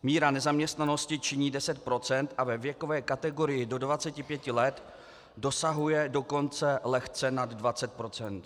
Míra nezaměstnanosti činí 10 % a ve věkové kategorii do 25 let dosahuje dokonce lehce nad 20 %.